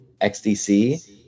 xdc